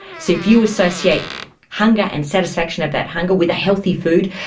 so if you associate hunger and satisfaction of that hunger with healthy food,